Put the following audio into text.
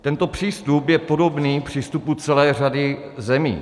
Tento přístup je podobný přístupu celé řady zemí.